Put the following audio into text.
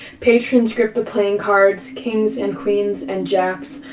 patrons grip the playing cards, kings and queens and jacks,